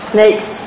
Snakes